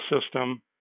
system